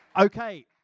Okay